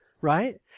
Right